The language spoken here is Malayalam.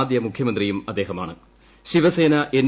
ആദ്യ മുഖ്യമന്ത്രിയും ശിവസേന എൻ